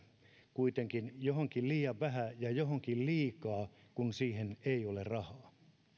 kuitenkin johonkin satsataan liian vähän ja johonkin liikaa kun siihen ei ole rahaa